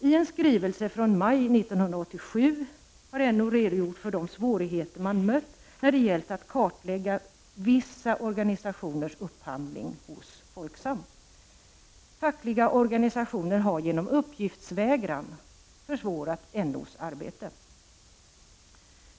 I en skrivelse från maj 1987 har NO redogjort för de svårigheter man mött när det gällt att kartlägga vissa organisationers upphandling hos Folksam. Fackliga organisationer har genom uppgiftsvägran försvårat NO:s arbete.